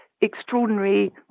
extraordinary